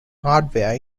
hardware